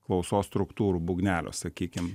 klausos struktūrų būgnelio sakykim